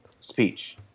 speech